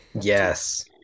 yes